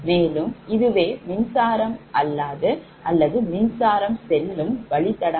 மேலும் இதுவே மின்சாரம் செல்லும் வழித்தடமாக